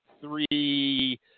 three